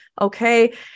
okay